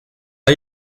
are